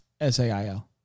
S-A-I-L